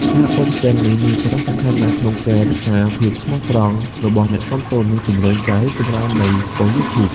សហគមន៍ទាំងនេះមានសារៈសំខាន់ណាស់ក្នុងការរក្សាភាពស្មោះត្រង់របស់អ្នកគាំទ្រ និងជំរុញការរីកចម្រើននៃប៉ុស្តិ៍ YouTube ។